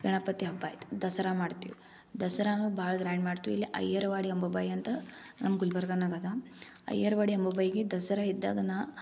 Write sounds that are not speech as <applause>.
ಗಣಪತಿ ಹಬ್ಬ ಆಯ್ತು ದಸ್ರಾ ಮಾಡ್ತೀವಿ ದಸ್ರಾನೂ ಭಾಳ್ ಗ್ರ್ಯಾಂಡ್ ಮಾಡ್ತೀವಿ ಇಲ್ಲಿ ಐಯರ್ವಾಡಿ <unintelligible> ಅಂತ ನಮ್ಮ ಗುಲ್ಬರ್ಗದಾಗ್ ಅದ ಐಯರ್ವಾಡಿ <unintelligible> ದಸರಾ ಇದ್ದಾಗ